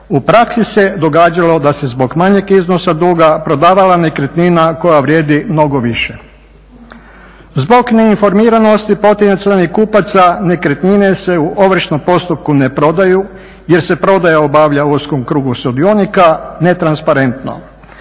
u praksi se događalo da se zbog manjeg iznosa duga prodavala nekretnina koja vrijedi mnogo više. Zbog neinformiranosti potencijalnih kupaca nekretnine se u ovršnom postupku ne prodaju jer se prodaja obavlja u … krugu sudionika netransparentno.